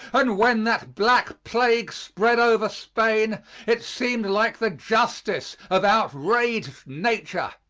and when that black plague spread over spain it seemed like the justice of outraged nature.